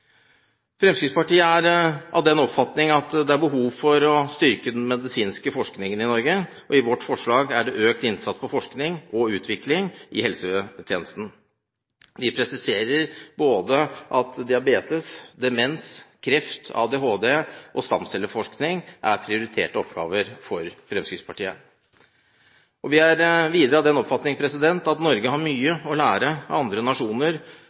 Fremskrittspartiet er av den oppfatning at det er behov for å styrke den medisinske forskningen i Norge. I vårt forslag er det en økt innsats på forskning og utvikling i helsetjenesten. Vi presiserer at diabetes-, demens-, kreft-, ADHD- og stamcelleforskning er prioriterte oppgaver for Fremskrittspartiet. Videre er vi av den oppfatning at Norge har mye å lære av andre nasjoner